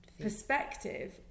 perspective